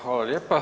Hvala lijepa.